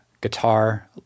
guitar